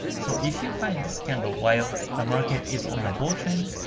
so if you find this candle while the market is on a bull trend,